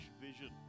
vision